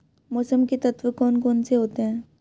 मौसम के तत्व कौन कौन से होते हैं?